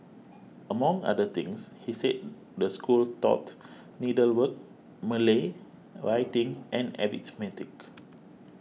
among other things he said the school taught needlework Malay writing and arithmetic